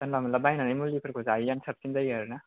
जानला मानला बायनानै मुलिफोरखौ जायैआनो साबसिन जायो आरोना